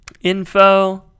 info